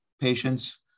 patients